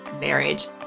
marriage